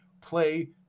play